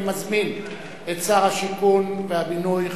אני מזמין את שר השיכון והבינוי,